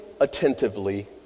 attentively